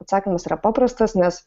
atsakymas yra paprastas nes